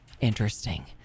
interesting